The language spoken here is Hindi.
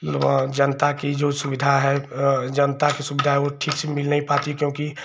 जनता की जो सुविधा है जनता की सुविधा है वह ठीक से मिल नहीं पाती क्योंकि